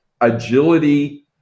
agility